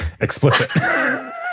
Explicit